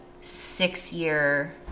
six-year